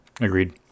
Agreed